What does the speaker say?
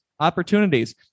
opportunities